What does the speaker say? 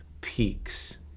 peaks